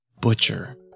Butcher